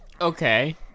okay